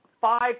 five